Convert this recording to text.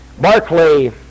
Barclay